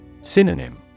Synonym